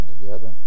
together